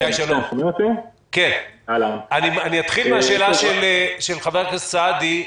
אני אתחיל מהשאלה של חבר הכנסת סעדי,